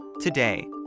Today